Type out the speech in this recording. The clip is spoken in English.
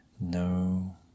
No